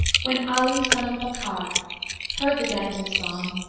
when ali son of bakkar heard the damsel's song,